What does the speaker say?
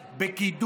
שלכם.